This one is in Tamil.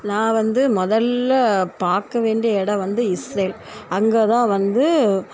நான் வந்து முதல்ல பார்க்க வேண்டிய இடம் வந்து இஸ்ரேல் அங்கே தான் வந்து